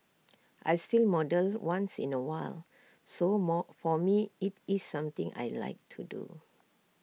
I still model once in A while so more for me IT is something I Like to do